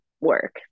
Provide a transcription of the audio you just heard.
work